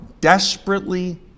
desperately